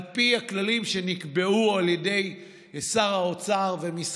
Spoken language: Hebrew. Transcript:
על פי הכללים שנקבעו על ידי שר האוצר ומשרדו.